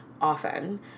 often